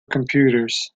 computers